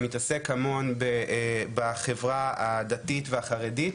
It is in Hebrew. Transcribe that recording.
מתעסק המון בחברה הדתית והחרדית,